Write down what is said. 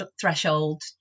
threshold